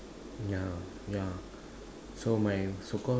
yeah yeah so my so called